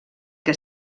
que